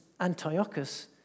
Antiochus